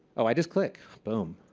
ah i just click? boom.